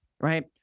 right